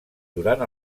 durant